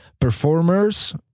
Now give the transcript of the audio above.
performers